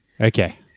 Okay